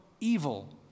evil